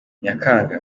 nyakanga